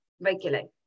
regularly